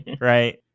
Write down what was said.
Right